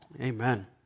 Amen